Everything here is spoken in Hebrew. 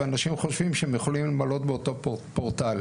ואנשים חושבים שהם יכולים למלאת באותו פורטל.